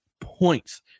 points